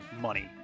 money